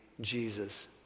Jesus